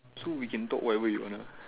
so we can talk whatever we want